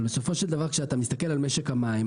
אבל בסופו של דבר כשאתה מסתכל על משק המים,